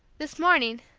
this morning,